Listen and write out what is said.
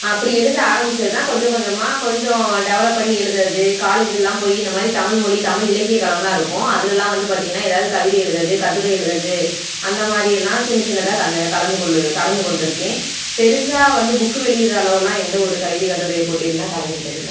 அப்படி எழுத ஆரம்பிச்சதுதான் கொஞ்சம் கொஞ்சமாக கொஞ்சம் டெவலப் பண்ணி எழுதுறது காலேஜ்ல்லாம் போய் இந்தமாதிரி தமிழ் மொழி தமிழ் இலக்கிய களமெலாம் இருக்கும் அதுலெலாம் வந்து பார்த்தீங்கன்னா ஏதாவது கவிதை எழுதுவது கட்டுரை எழுதுவது அந்தமாதிரி எல்லாம் சின்ன சின்னதாக க கலந்துகொள்ளு கலந்து கொண்டிருக்கேன் பெருசாக வந்து புக் வெளியிடுகிற அளவெலாம் எந்த ஒரு கவிதை கட்டுரை போட்டிலெலாம் கலந்துக்கிட்டது இல்லை